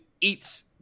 eats